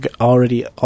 already